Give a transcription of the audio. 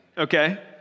Okay